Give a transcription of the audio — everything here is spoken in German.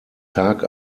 tag